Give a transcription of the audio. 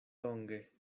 longe